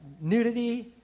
nudity